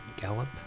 gallop